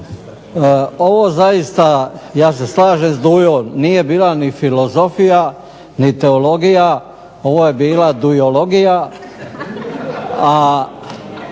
Ovo zaista ja se slažem s Dujom nije bila ni filozofija ni teologija, ovo je bila dujologija, a